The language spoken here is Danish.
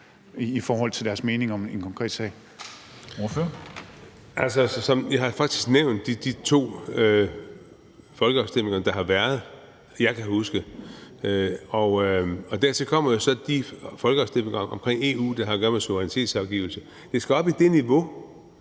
Ordføreren. Kl. 18:09 Søren Espersen (DF): Jeg har faktisk nævnt de to folkeafstemninger, der har været, som jeg kan huske. Dertil kommer så de folkeafstemninger omkring EU, der har at gøre med suverænitetsafgivelse. Det skal op i det niveau.